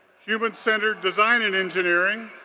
human centered design and engineering,